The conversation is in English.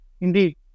indeed